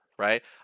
Right